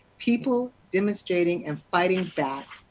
people demonstrating, and fighting back.